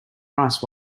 rice